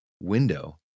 window